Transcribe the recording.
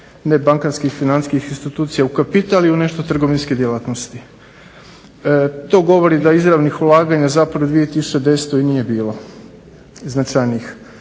nebankarskih financijskih institucija u kapital i u nešto trgovinske djelatnosti. To govori da izravnih ulaganja zapravo u 2010. nije bilo značajnijih.